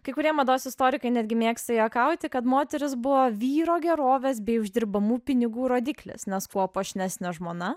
kai kurie mados istorikai netgi mėgsta juokauti kad moterys buvo vyro gerovės bei uždirbamų pinigų rodiklis nes kuo puošnesnė žmona